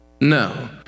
no